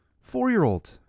Four-year-old